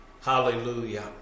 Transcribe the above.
Hallelujah